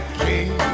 king